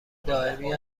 دائمی